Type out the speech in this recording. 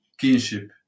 kinship